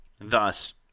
Thus